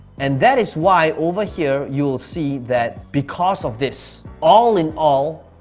and that is why, over here, you will see that because of this, all in all,